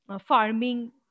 farming